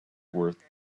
worth